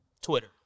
Twitter